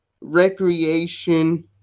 recreation